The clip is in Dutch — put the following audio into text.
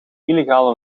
illegaal